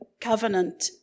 covenant